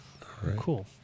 Cool